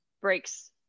breaks